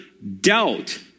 Doubt